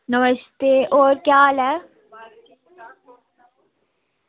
नमस्ते होर केह् हाल ऐ